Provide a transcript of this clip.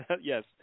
Yes